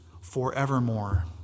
forevermore